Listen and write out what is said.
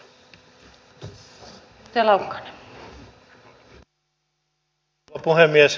arvoisa rouva puhemies